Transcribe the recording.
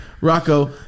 Rocco